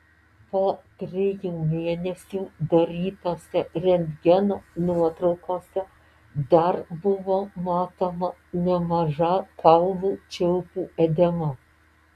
po trijų mėnesių darytose rentgeno nuotraukose dar buvo matoma nemaža kaulų čiulpų edema